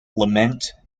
lament